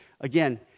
again